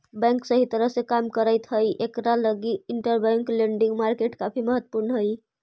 bank सही तरह से काम करैत हई इकरा लगी इंटरबैंक लेंडिंग मार्केट काफी महत्वपूर्ण हई